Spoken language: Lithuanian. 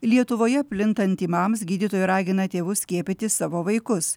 lietuvoje plintant tymams gydytojai ragina tėvus skiepyti savo vaikus